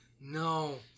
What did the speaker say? No